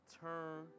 turn